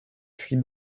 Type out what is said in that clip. puis